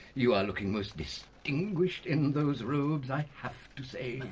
you're looking most distinguished in those robes, i have to say.